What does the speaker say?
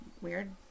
weird